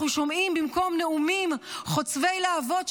אנחנו שומעים במקום זה נאומים חוצבי להבות,